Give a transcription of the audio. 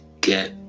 get